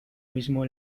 mismo